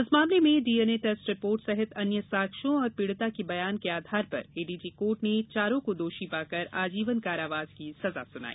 इस मामले में डीएनए टेस्ट रिपोर्ट सहित अन्य साक्ष्यों और पीड़िता के बयान के आधार पर एडीजे कोर्ट ने चारों को दोषी पाकर आजीवन कारावास की सजा सुनाई